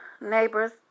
neighbor's